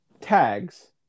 tags